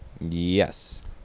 yes